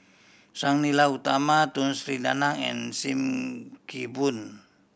Sang Nila Utama Tun Sri Lanang and Sim Kee Boon